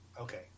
Okay